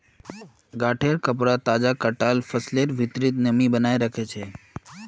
गांठेंर कपडा तजा कटाल फसलेर भित्रीर नमीक बनयें रखे छै